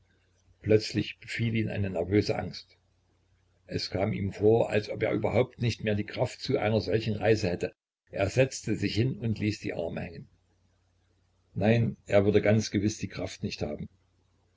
plötzlich befiel ihn eine nervöse angst es kam ihm vor als ob er überhaupt nicht mehr die kraft zu einer solchen reise hätte er setzte sich hin und ließ die arme hängen nein er würde ganz gewiß die kraft nicht haben